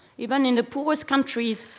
even in the poorest countries,